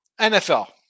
NFL